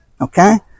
Okay